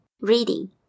reading